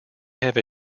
have